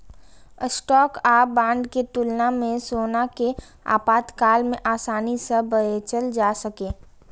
stock आ bond के तुलना मे सोना कें आपातकाल मे आसानी सं बेचल जा सकैए